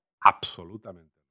absolutamente